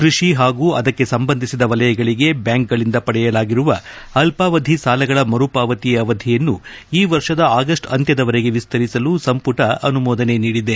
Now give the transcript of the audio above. ಕ್ವಷಿ ಹಾಗೂ ಅದಕ್ಕೆ ಸಂಬಂಧಿಸಿದ ವಲಯಗಳಿಗೆ ಬ್ಲಾಂಕ್ಗಳಿಂದ ಪಡೆಯಲಾಗಿರುವ ಅಲ್ಪಾವಧಿ ಸಾಲಗಳ ಮರುಪಾವತಿ ಅವಧಿಯನ್ನು ಈ ವರ್ಷದ ಆಗಸ್ಟ್ ಅಂತ್ಯದವರೆಗೆ ವಿಸ್ತರಿಸಲು ಸಂಪುಟ ಅನುಮೋದನೆ ನೀಡಿದೆ